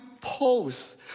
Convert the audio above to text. pose